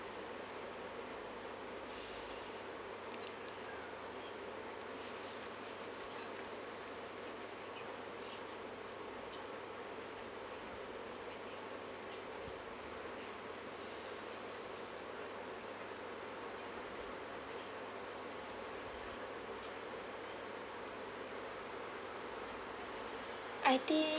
I think